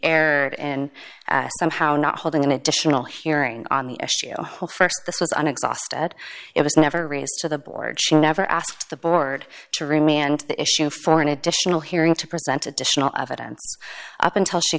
aired and somehow not holding an additional hearing on the issue whole st this was an exhausted it was never raised to the board she never asked the board to remain and issue for an additional hearing to present additional evidence up until she